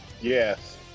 Yes